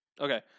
Okay